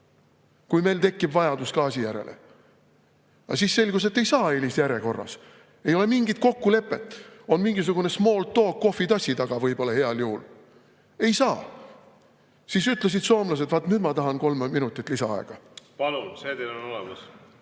kui meil tekib vajadus gaasi järele. Aga siis selgus, et ei saa eelisjärjekorras. Ei ole mingit kokkulepet, on võib-olla mingisugunesmall talkkohvitassi taga, heal juhul. Ei saa! Siis ütlesid soomlased ... Vaat nüüd ma tahan kolme minutit lisaaega. Palun, see teil on olemas!